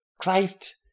Christ